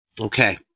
okay